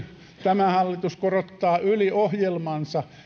tämä hallitus korottaa yli ohjelmansa